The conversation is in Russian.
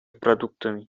продуктами